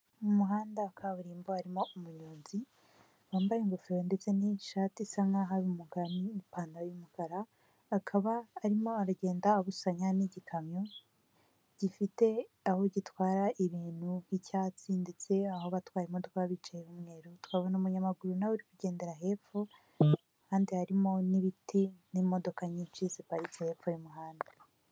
Mu muhanda wa kaburimbo harimo umuyonzi wambaye ingofero ndetse n'ishati isa nk'aho n'iipantaro y'umukara, akaba arimo aragenda abusanya n'igikamyo gifite aho gitwara ibintu by'icyatsi, ndetse aho abatwaye imodoka baba bicaye h'umweru, tukabona umunyamaguru nawe uri kugendera hepfo kandi harimo n'ibiti n'imodoka nyinshi ziparitse hepfo y'umuhanda.